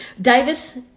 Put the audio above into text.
Davis